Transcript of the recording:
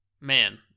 man